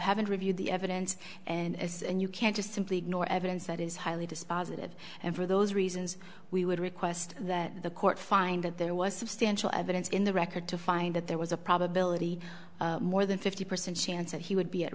haven't reviewed the evidence and as and you can't just simply ignore evidence that is highly dispositive and for those reasons we would request that the court find that there was substantial evidence in the record to find that there was a probability more than fifty percent chance that he would be at